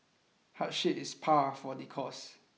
hardship is par for the course